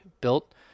built